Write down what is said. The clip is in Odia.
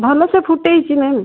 ଭଲସେ ଫୁଟେଇଛି ମୁଁ